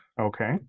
Okay